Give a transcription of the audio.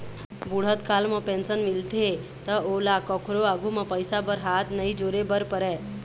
बूढ़त काल म पेंशन मिलथे त ओला कखरो आघु म पइसा बर हाथ नइ जोरे बर परय